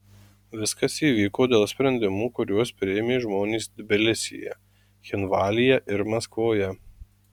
viskas įvyko dėl sprendimų kuriuos priėmė žmonės tbilisyje cchinvalyje ir maskvoje